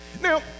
Now